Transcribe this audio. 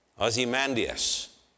Ozymandias